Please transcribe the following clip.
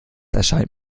erscheint